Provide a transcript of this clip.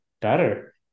better